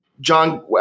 John